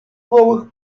новых